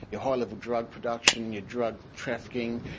your high-level drug production, your drug-trafficking,